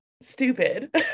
stupid